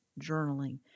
journaling